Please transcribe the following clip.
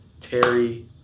Terry